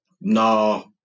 No